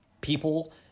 people